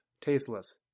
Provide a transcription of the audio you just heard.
Tasteless